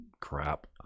crap